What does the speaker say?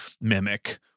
mimic